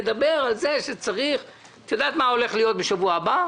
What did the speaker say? לדבר על זה שצריך - את יודעת מה הולך בשבוע הבא?